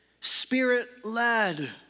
Spirit-led